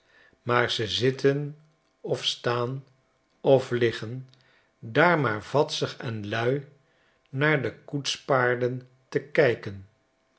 maar ze zitten of staan of liggen daar maar vadsig en lui naar de koetspaarden te kijken